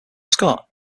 scot